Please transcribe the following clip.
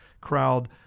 crowd